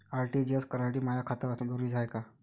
RTGS करासाठी माय खात असनं जरुरीच हाय का?